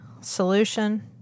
solution